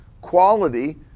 quality